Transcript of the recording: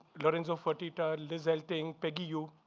lorenzo fertitta, liz elting, peggy yu.